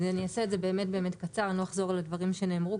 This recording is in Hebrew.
לא אחזור על הדברים שנאמרו.